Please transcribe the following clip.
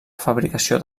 fabricació